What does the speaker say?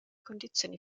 condizioni